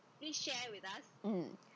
mm